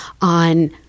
on